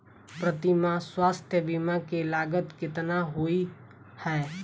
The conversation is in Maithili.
प्रति माह स्वास्थ्य बीमा केँ लागत केतना होइ है?